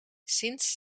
sinds